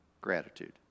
gratitude